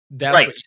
Right